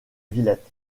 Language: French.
villette